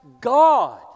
God